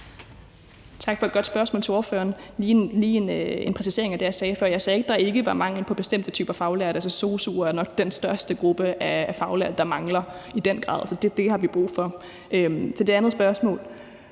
for et godt spørgsmål. Jeg har lige en præcisering af det, jeg sagde før: Jeg sagde ikke, at der ikke var mangel på bestemte typer faglærte. Altså, sosu'er er nok den største gruppe af faglærte, der mangler – i den grad. Så det har vi brug for. Til det andet spørgsmål,